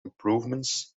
improvements